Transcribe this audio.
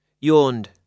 yawned